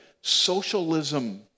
Socialism